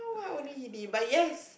not only Hindi but yes